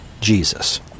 Jesus